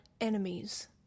enemies